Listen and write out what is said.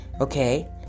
Okay